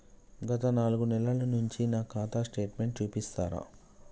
గత నాలుగు నెలల నుంచి నా ఖాతా స్టేట్మెంట్ చూపిస్తరా?